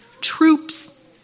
Troops